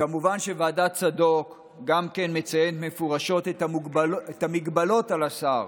כמובן שוועדת צדוק גם מציינת מפורשות את המגבלות על השר.